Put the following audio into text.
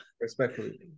Respectfully